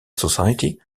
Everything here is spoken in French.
society